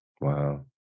wow